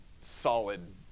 solid